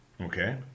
Okay